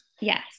Yes